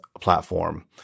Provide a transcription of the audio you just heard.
platform